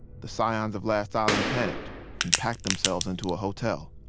the scions of last island panicked and packed themselves into a hotel.